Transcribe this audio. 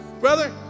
brother